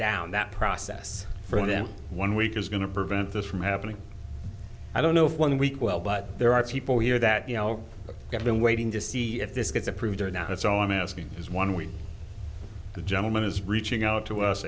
down that process for them one week is going to prevent this from happening i don't know one week well but there are people here that you know have been waiting to see if this gets approved or not that's all i'm asking is one week the gentleman is reaching out to us